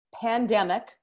pandemic